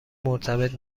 مرتبط